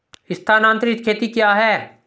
स्थानांतरित खेती क्या है?